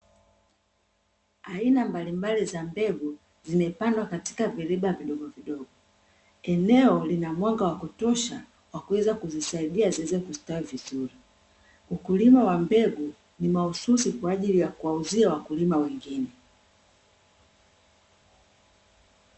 Aina mbalimbali za mbegu zimepandwa katika viriba vidogo vidogo, eneo lina mwanga wa kutosha wa kuweza kuzisaidia ziweze kustawi vizuri, ukulima wa mbegu ni mahususi kwaajili ya kuwauzia wakulima wengine.